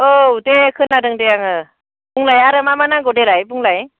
औ दे खोनादों दे आङो बुंलाय आरो मा मा नांगौ देलाय बुंलाय